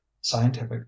scientific